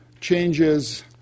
changes